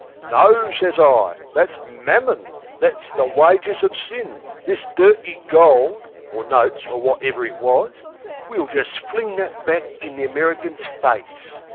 no, says i, that's mammon that's the wages of sin. this dirty gold or notes, or whatever it was we'll just flint, that back in the american's face,